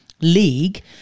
league